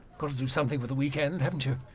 got to do something with the weekend, haven't you?